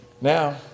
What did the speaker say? Now